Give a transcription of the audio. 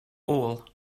all